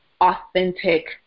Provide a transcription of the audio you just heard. authentic